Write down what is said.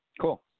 Cool